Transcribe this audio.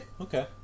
okay